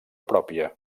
pròpia